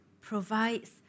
provides